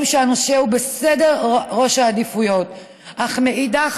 שהנושא הוא בסדר ראש העדיפויות אך מנגד,